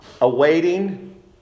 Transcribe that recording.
Awaiting